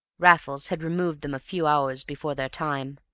raffles had removed them a few hours before their time,